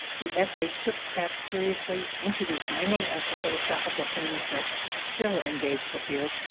the essay took crafts seriously, introduced many of the philosophical themes that still engage the field,